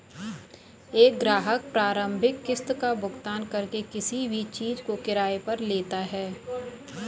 एक ग्राहक प्रारंभिक किस्त का भुगतान करके किसी भी चीज़ को किराये पर लेता है